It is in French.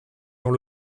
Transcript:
dans